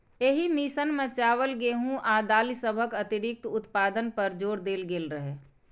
एहि मिशन मे चावल, गेहूं आ दालि सभक अतिरिक्त उत्पादन पर जोर देल गेल रहै